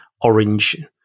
orange